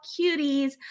Cuties